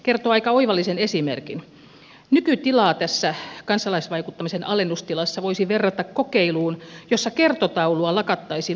nykytilaa tässä kansalaisvaikuttamisen alennustilassa voisi verrata kokeiluun jossa kertotaulua lakattaisiin opettamasta koulussa